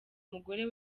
umugore